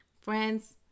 Friends